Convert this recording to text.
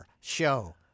show